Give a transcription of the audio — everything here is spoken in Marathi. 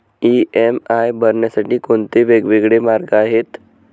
इ.एम.आय भरण्यासाठी कोणते वेगवेगळे मार्ग आहेत?